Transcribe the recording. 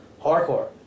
hardcore